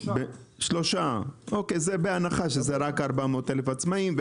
זה בהנחה שזה רק 400,000 עצמאיים.